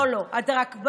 לא לא, הדרה.